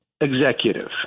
executive